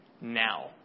now